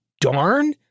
darn